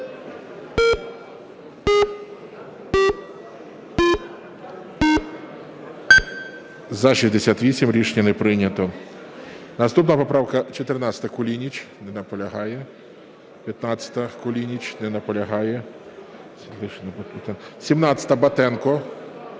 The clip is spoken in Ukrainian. За-68 Рішення не прийнято. Наступна поправка 14, Кулініч. Не наполягає. 15-а, Кулініч. Не наполягає. 17-а, Батенко.